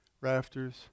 rafters